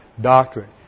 doctrine